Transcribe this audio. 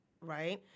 right